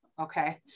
Okay